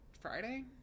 Friday